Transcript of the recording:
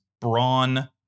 brawn